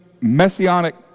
messianic